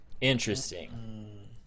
interesting